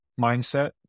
mindset